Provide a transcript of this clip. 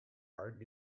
art